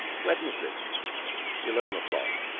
wednesday eleven o'clock.